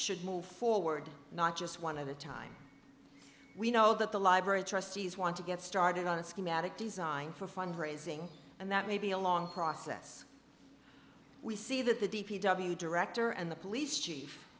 should move forward not just one of the time we know that the library trustees want to get started on a schematic design for fund raising and that may be a long process we see that the d p w director and the police chief